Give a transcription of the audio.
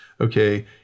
Okay